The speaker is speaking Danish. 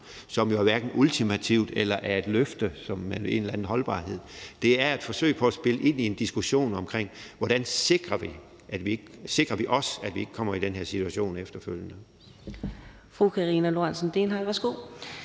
som er ultimativt eller et løfte med en eller anden holdbarhed. Det er et forsøg på at spille ind i en diskussion om, hvordan vi sikrer, at vi ikke kommer i den her situation efterfølgende.